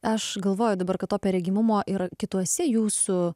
aš galvoju dabar kad to perregimumo ir kituose jūsų